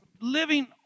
living